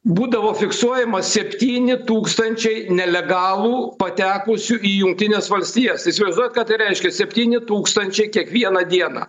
būdavo fiksuojama septyni tūkstančiai nelegalų patekusių į jungtines valstijas įsivaizduojat ką tai reiškia septyni tūkstančiai kiekvieną dieną